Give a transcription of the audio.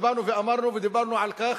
ובאנו ואמרנו ודיברנו על כך